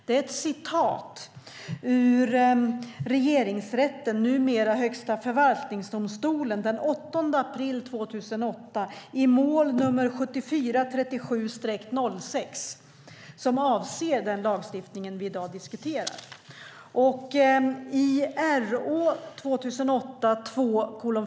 Det är ett citat från Regeringsrätten, numera Högsta förvaltningsdomstolen, den 8 april 2008 i mål nr 7437-06 som avser den lagstiftning vi i dag diskuterar. I RÅ 2008 ref.